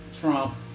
Trump